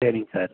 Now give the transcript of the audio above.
சரிங்க சார்